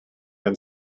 and